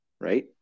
right